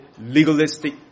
legalistic